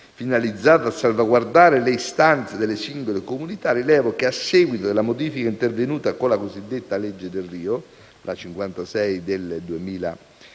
finalizzata a salvaguardare le istanze delle singole comunità, rilevo che, a seguito della modifica intervenuta con la cosiddetta legge Delrio (la legge n.